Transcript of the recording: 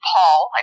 Paul